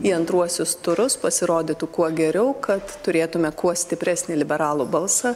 į antruosius turus pasirodytų kuo geriau kad turėtume kuo stipresnį liberalų balsą